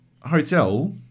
hotel